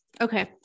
Okay